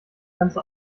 ganze